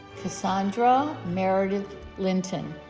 cassandra meredith linton